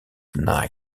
nile